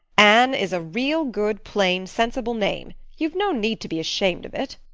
anne is a real good plain sensible name. you've no need to be ashamed of it.